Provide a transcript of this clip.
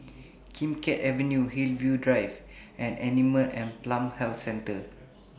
Kim Keat Avenue Hillview Drive and Animal and Plant Health Centre